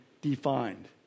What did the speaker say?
defined